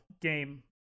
game